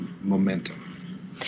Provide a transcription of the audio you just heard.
momentum